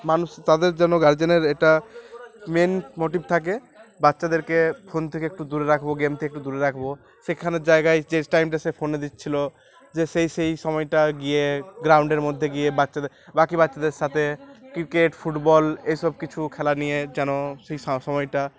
মানুষ তাদের যেন গার্জেনের এটা মেন মোটিভ থাকে বাচ্চাদেরকে ফোন থেকে একটু দূরে রাখবো গেম থেকে দূরে রাখবো সেখানানে জায়গায় যে টাইমটা সে ফোনে দিচ্ছিলো যে সেই সেই সময়টা গিয়ে গ্রাউন্ডের মধ্যে গিয়ে বাচ্চাদের বাকি বাচ্চাদের সাথে ক্রিকেট ফুটবল এসব কিছু খেলা নিয়ে যেন সেই সময়টা